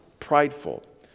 prideful